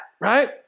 right